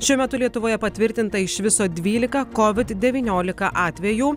šiuo metu lietuvoje patvirtinta iš viso dvylika covid dveyniolika atvejų